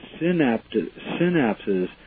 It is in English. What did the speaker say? synapses